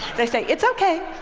they say, it's okay,